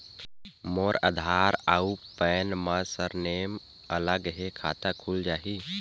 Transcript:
मोर आधार आऊ पैन मा सरनेम अलग हे खाता खुल जहीं?